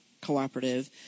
cooperative